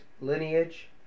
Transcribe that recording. lineage